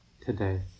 today